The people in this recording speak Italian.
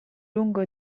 lungo